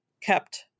kept